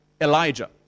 Elijah